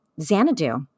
Xanadu